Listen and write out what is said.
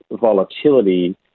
volatility